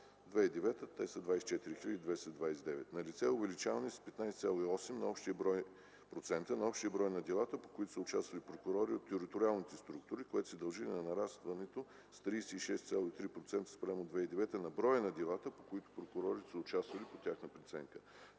г. – 33 536. Налице е увеличение с 15,8% на общия брой на делата, по които са участвали прокурори от териториалните структури, което се дължи на нарастването с 36,3% спрямо 2009 г. на броя на делата, по които прокурорите са участвали по преценка.